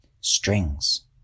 Strings